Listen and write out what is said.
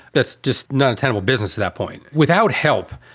that's just not a tenable business at that point. without help,